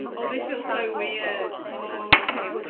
oh this feels so weird. oh, okay.